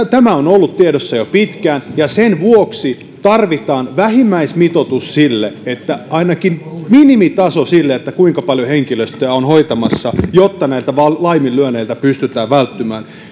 tämä on ollut tiedossa jo pitkään ja sen vuoksi tarvitaan vähimmäismitoitus ainakin minimitaso sille kuinka paljon henkilöstöä on hoitamassa jotta näiltä laiminlyönneiltä pystytään välttymään